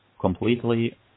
completely